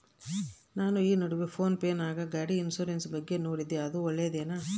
ನಾನು ಈ ನಡುವೆ ಫೋನ್ ಪೇ ನಾಗ ಗಾಡಿ ಇನ್ಸುರೆನ್ಸ್ ಬಗ್ಗೆ ನೋಡಿದ್ದೇ ಇದು ಒಳ್ಳೇದೇನಾ?